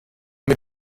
mit